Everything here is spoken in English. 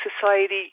society